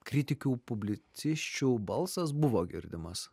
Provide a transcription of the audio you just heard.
kritikių publicisčių balsas buvo girdimas